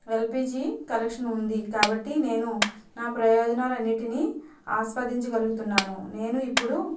LPG connection ఉంది కాబట్టి నేను నా ప్రయోజనాలన్నిటిని ఆస్వాదించగలుగుతున్నాను నేను ఇప్పుడు